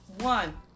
One